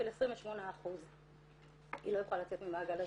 של 28%. היא לא יכולה לצאת ממעגל הזנות,